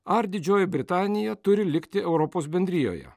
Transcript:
ar didžioji britanija turi likti europos bendrijoje